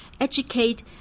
Educate